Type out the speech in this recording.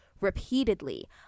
repeatedly